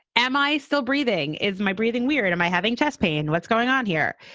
am i still breathing, is my breathing weird? am i having chest pain? what's going on here?